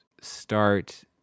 start